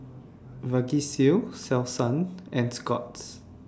Vagisil Selsun and Scott's